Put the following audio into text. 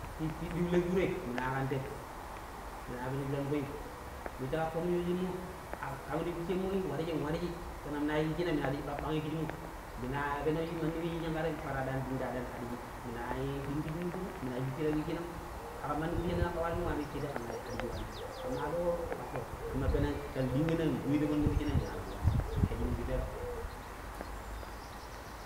﻿I piɗɗi le furoi minu aƙan tem, minua peno shuran ƙuim, we shi ƙaƙƙo shoojemoi ƙam ti piccemoi? warjin - warji peneng minu yiijin ciinam minu adiji baɓɓngi kijimo. Minu a peno mandi we shi yiijin ƙa tem, baar aɗaani shi minda aɗaani aɗiji, minu a ɗin kijin wuciinam minu a shushi ta wuciinam. Aƙaam mandi fuɗi shi ne naƙƙo waanim she dai ƙen aɗi aɗiji waani. ke maa aɗuƙo kpadduƙo. Amma peneng cha nɗingina nshubi ta mandi wuciinai minua nabu yuwaan ayiiji nong pipeerom.